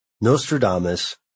Nostradamus